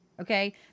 okay